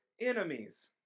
enemies